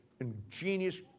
ingenious